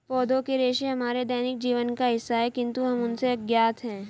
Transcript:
पौधों के रेशे हमारे दैनिक जीवन का हिस्सा है, किंतु हम उनसे अज्ञात हैं